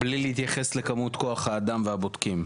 בלי להתייחס לכמות כוח האדם והבודקים?